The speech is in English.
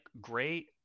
great